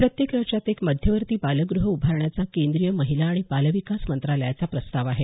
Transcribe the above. प्रत्येक राज्यात एक मध्यवर्ती बालगृहं उभारण्याचा केंद्रीय महिला आणि बालविकास मंत्रालयाचा प्रस्ताव आहे